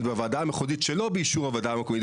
בוועדה המחוזית שלא באישור הוועדה המקומית.